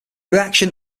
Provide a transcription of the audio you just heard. reaction